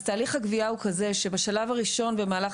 תהליך הגבייה הוא כזה שבשלב הראשון במהלך